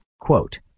Quote